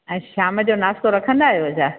ऐं शाम जो नाश्तो रखंदा आयो छा